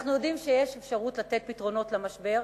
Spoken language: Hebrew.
אנחנו יודעים שאפשר לתת פתרונות למשבר,